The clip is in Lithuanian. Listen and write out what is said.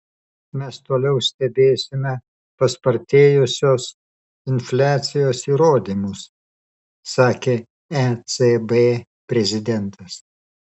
mes toliau stebėsime paspartėjusios infliacijos įrodymus sakė ecb prezidentas